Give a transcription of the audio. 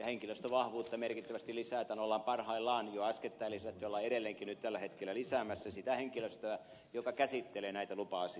henkilöstövahvuutta merkittävästi lisätään parhaillaan on jo äskettäin lisätty ja ollaan edelleenkin tällä hetkellä lisäämässä sitä henkilöstöä joka käsittelee näitä lupa asioita